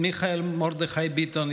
מיכאל מרדכי ביטון,